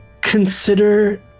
consider